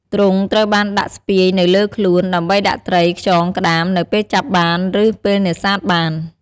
ទ្រុងត្រូវបានដាក់ស្ពាយនៅលើខ្លួន ដើម្បីដាក់ត្រី ខ្យង ក្តាម នៅពេលចាប់បានឬពេលនេសាទបាន។